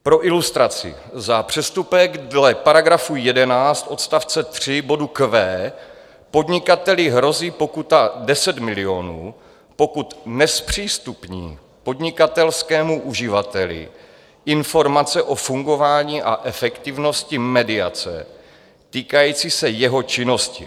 Pro ilustraci, za přestupek dle § 11 odst. 3 bodu q) podnikateli hrozí pokuta 10 milionů, pokud nezpřístupní podnikatelskému uživateli informace o fungování a efektivnosti mediace týkající se jeho činnosti.